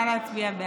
נא להצביע בעד.